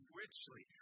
richly